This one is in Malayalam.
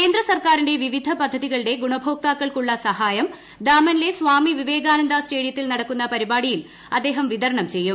കേന്ദ്ര സർക്കാരിന്റെ വിവിധ പദ്ധതികളുടെ ഗുണഭോക്താക്കൾക്കുള്ള സഹായം ദാമനിലെ സ്വാമി വിവ്വേകാനന്ദ സ്റ്റേഡിയത്തിൽ നടക്കുന്ന പരിപാടിയിൽ അദ്ദേഹൃഷ്ട് പിതരണം ചെയ്യും